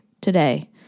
today